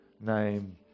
name